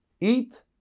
eat